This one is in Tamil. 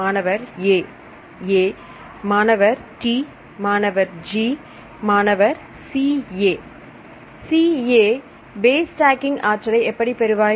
மாணவர் A A மாணவர்T மாணவர் G மாணவர் CA CA பேஸ் ஸ்டாக்கிங் ஆற்றலை எப்படி பெறுவாய்